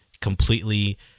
completely